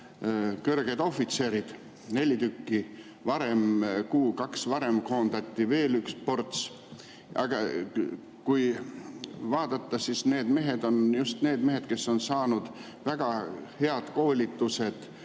kõrged ohvitserid. Neli tükki varem, kuu‑kaks varem koondati veel üks ports. Aga kui vaadata, siis need mehed on just need mehed, kes on saanud väga head koolitused